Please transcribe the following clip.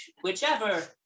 Whichever